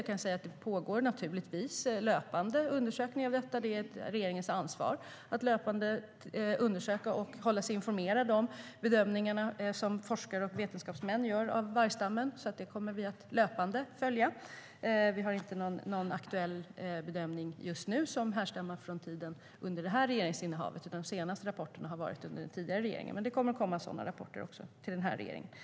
Jag kan säga att det naturligtvis pågår löpande undersökningar av detta. Det är regeringens ansvar att löpande undersöka och hålla sig informerad om de bedömningar av vargstammen som forskare och vetenskapsmän gör. Det kommer vi alltså att följa löpande. Vi har just nu ingen bedömning som härstammar från tiden under det här regeringsinnehavet, utan de senaste rapporterna kom under den tidigare regeringen. Det kommer dock att komma sådana rapporter till den här regeringen också.